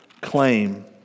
claim